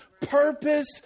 purpose